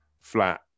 flat